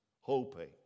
hoping